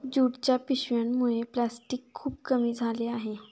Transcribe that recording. ज्यूटच्या पिशव्यांमुळे प्लॅस्टिक खूप कमी झाले आहे